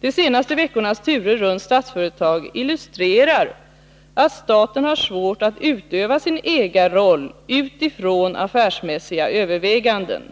De senaste veckornas turer runt Statsföretag illustrerar att staten har svårt att utöva sin ägarroll utifrån affärsmässiga överväganden.